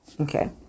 okay